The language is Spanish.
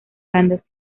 bandas